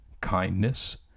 kindness